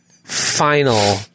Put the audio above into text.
Final